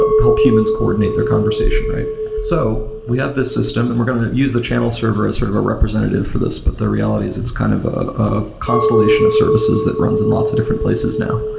ah help humans coordinate their conversation. so we have this system and we're going to use the channel server as sort of a representative for this, but the reality is it's kind of a constellation of services that runs in lots of different places now.